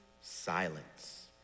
silence